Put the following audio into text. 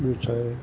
ॿियो छाइ